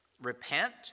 repent